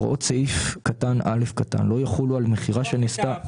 למחוק.